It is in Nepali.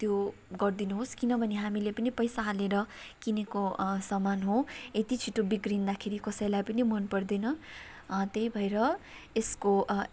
त्यो गरिदिनुहोस् किनभने हामीले पनि पैसा हालेर किनेको सामान हो यति छिटो बिग्रिँदाखेरि कसैलाई पनि मन पर्दैन त्यही भएर यसको